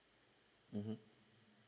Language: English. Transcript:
mmhmm